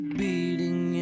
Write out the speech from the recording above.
beating